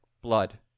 blood